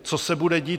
Co se bude dít?